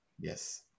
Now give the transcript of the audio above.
Yes